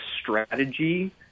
strategy